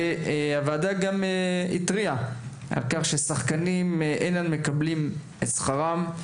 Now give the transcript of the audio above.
הוועדה גם התריעה על כך ששחקנים אינם מקבלים את שכרם,